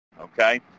Okay